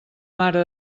mare